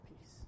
peace